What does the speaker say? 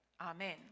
Amen